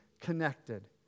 connected